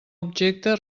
objecte